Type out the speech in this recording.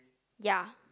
ya